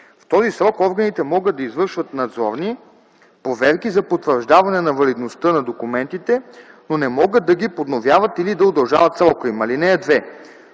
В този срок органите могат да извършват надзорни проверки за потвърждаване на валидността на документите, но не могат да ги подновяват или да удължават срока им. (2)